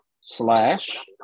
slash